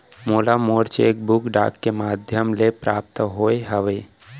मोला मोर cheque book डाक के मध्याम ले प्राप्त होय हवे